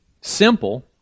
simple